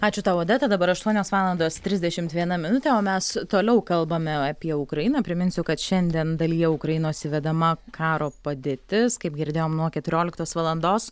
ačiū tau odeta dabar aštuonios valandos trisdešimt viena minutė o mes toliau kalbame apie ukrainą priminsiu kad šiandien dalyje ukrainos įvedama karo padėtis kaip girdėjom nuo keturioliktos valandos